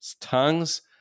tongues